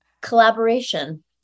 collaboration